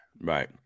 Right